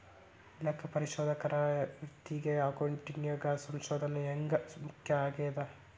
ಲೆಕ್ಕಪರಿಶೋಧಕರ ವೃತ್ತಿಗೆ ಅಕೌಂಟಿಂಗ್ ಸಂಶೋಧನ ಹ್ಯಾಂಗ್ ಮುಖ್ಯ ಆಗೇದ?